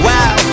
Wow